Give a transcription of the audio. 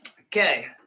Okay